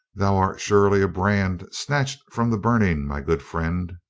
thou art surely a brand snatched from the burning, my good friend?